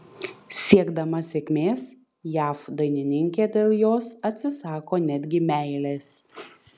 siekdama sėkmės jav dainininkė dėl jos atsisako netgi meilės